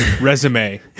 resume